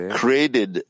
created